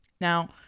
Now